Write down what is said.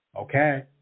Okay